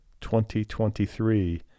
2023